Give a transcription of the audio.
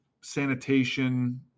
sanitation